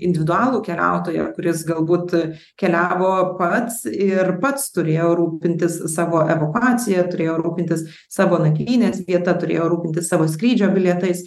individualų keliautoją kuris galbūt keliavo pats ir pats turėjo rūpintis savo evakuacija turėjo rūpintis savo nakvynės vieta turėjo rūpintis savo skrydžio bilietais